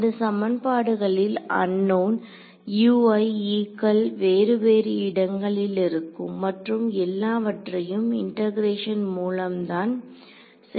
இந்த சமன்பாடுகளில் அன்னோன் கள் வேறு வேறு இடங்களில் இருக்கும் மற்றும் எல்லாவற்றையும் இண்டெகரேஷன் மூலம் தான் செய்ய வேண்டும்